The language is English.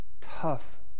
tough